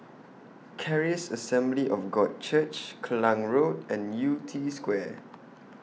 Charis Assembly of God Church Klang Road and Yew Tee Square